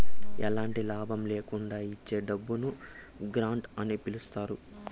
ఎలాంటి లాభం ల్యాకుండా ఇచ్చే డబ్బును గ్రాంట్ అని పిలుత్తారు